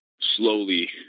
slowly